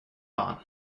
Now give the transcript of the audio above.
bahn